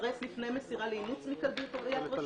ולסרס לפני מסירה לאימוץ מכלביית רשות.